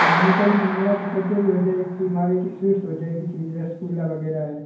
हाँ मिठाई में मावा की कचोरी हो जाएगी मावे की स्वीट्स हो जाएगी स्वीट रसगुल्ला वेग़ैरह है